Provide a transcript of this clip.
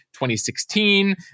2016